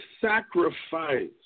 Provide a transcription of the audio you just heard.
sacrifice